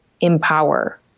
empower